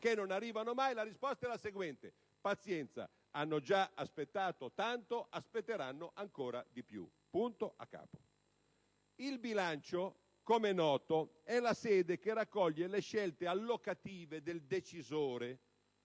che non arrivano mai. La risposta è la seguente: pazienza, hanno già aspettato tanto, aspetteranno ancora di più. Il bilancio, come è noto, è la sede che raccoglie le scelte allocative del decisore.